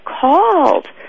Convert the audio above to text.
called